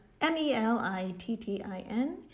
M-E-L-I-T-T-I-N